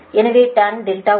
எனவே tan R1 0